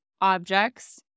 objects